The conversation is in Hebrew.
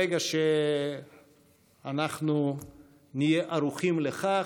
ברגע שאנחנו נהיה ערוכים לכך.